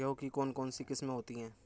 गेहूँ की कौन कौनसी किस्में होती है?